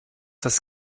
das